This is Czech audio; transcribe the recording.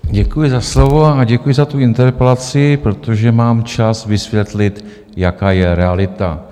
Děkuji za slovo a děkuji za tu interpelaci, protože mám čas vysvětlit, jaká je realita.